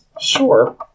Sure